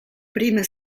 prima